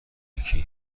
یکی